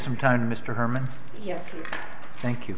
some time to mr herman yes thank you